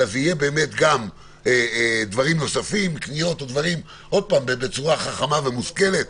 אלא גם דברים נוספים בצורה חכמה ומושכלת,